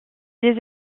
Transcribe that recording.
aussi